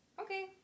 Okay